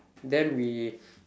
then we